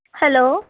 hello